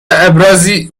ابرازی